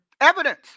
evidence